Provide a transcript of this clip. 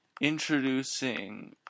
introducing